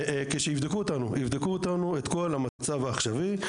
הם יבדקו את המצב העכשווי,